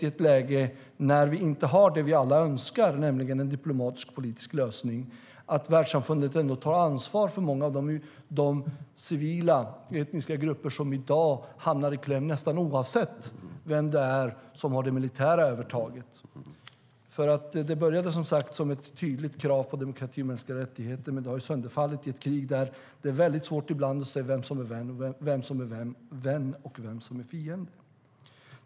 I ett läge när vi inte har det vi alla önskar, nämligen en diplomatisk och politisk lösning, kan man tänka sig att världssamfundet skulle ta ansvar för många av de civila etniska grupper som i dag hamnar i kläm nästan oavsett vem som har det militära övertaget. Detta började som sagt som ett tydligt krav på demokrati och mänskliga rättigheter, men har sönderfallit i ett krig där det ibland är väldigt svårt att se vem som är vän och vem som är fiende.